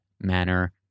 manner